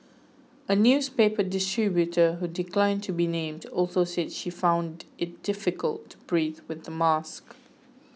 a newspaper distributor who declined to be named also said she found it difficult to breathe with the mask